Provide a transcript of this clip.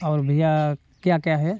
और भईया क्या क्या है